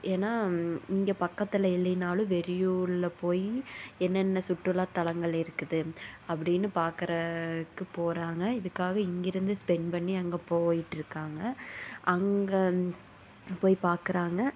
ஏன்னா இங்கே பக்கத்தில் இல்லைனாலும் வெளியூரில் போய் என்னென்ன சுற்றுலா தலங்கள் இருக்குது அப்படின்னு பார்க்கறக்கு போகறாங்க இதுக்காக இங்கேருந்து ஸ்பென்ட் பண்ணி அங்கே போயிட்டுருக்காங்க அங்கே போய் பார்க்குறாங்க